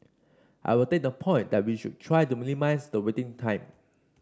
I will take the point that we should try to minimise the waiting time